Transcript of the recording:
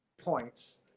points